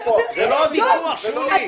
זה לא הוויכוח, שולי.